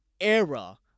era